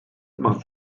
zaman